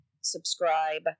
subscribe